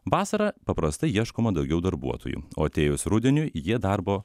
vasarą paprastai ieškoma daugiau darbuotojų o atėjus rudeniui jie darbo